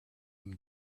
him